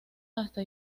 hasta